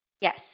Yes